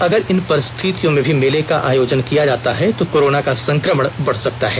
अगर इन परिस्थितियों में भी मेले का आयोजन किया जाता है तो कोरोना का संक्रमण बढ़ सकता है